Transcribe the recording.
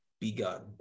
begun